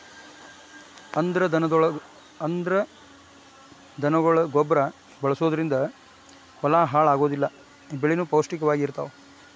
ಅಂದ್ರ ದನಗೊಳ ಗೊಬ್ಬರಾ ಬಳಸುದರಿಂದ ಹೊಲಾ ಹಾಳ ಆಗುದಿಲ್ಲಾ ಬೆಳಿನು ಪೌಷ್ಟಿಕ ವಾಗಿ ಇರತಾವ